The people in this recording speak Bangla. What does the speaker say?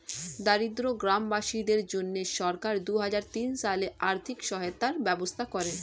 দরিদ্র গ্রামবাসীদের জন্য সরকার দুহাজার তিন সালে আর্থিক সহায়তার ব্যবস্থা করেন